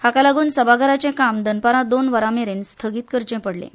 हाका लागून सभाघराचें काम दनपारां दोन वरां मेरेन स्थगीत करचें पडलें